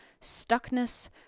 stuckness